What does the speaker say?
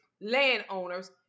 landowners